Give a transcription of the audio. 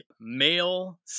male